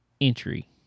entry